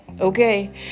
Okay